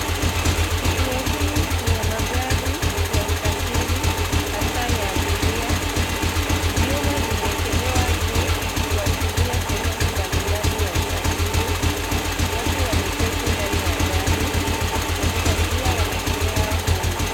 Kituo hii ni ya magari ya usafiri hasa ya abiria. Vyuma vimeekelewa juu, kuashiria sehemu mbalimbali ya usafiri. Watu wameketi ndani ya gari. Wapita njia wanatembea humu.